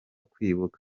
kwibuka